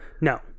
No